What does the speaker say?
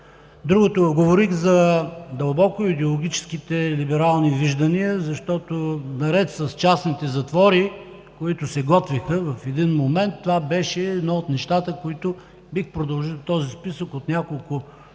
Другото е, говорих за дълбоко идеологическите либерални виждания, защото наред с частните затвори, които се готвеха в един момент, това беше едно от нещата, които… Бих продължил този списък от няколко теми,